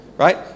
Right